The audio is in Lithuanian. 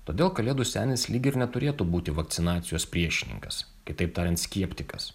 todėl kalėdų senis lyg ir neturėtų būti vakcinacijos priešininkas kitaip tariant skieptikas